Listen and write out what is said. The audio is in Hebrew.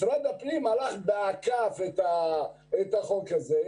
משרד הפנים עקף את החוק הזה.